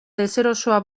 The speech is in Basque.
deserosoa